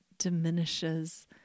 diminishes